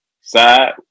side